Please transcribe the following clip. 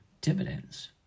dividends